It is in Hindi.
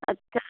अच्छा